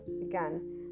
again